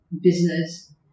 business